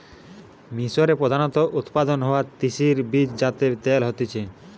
মিশরে প্রধানত উৎপাদন হওয়া তিসির বীজ যাতে তেল হতিছে